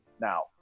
Now